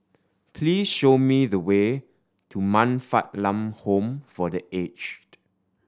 please show me the way to Man Fatt Lam Home for The Aged